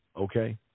Okay